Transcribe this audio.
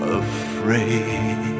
afraid